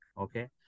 okay